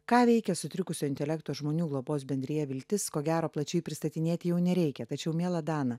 ką veikia sutrikusio intelekto žmonių globos bendrija viltis ko gero plačiai pristatinėti jau nereikia tačiau miela dana